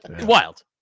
Wild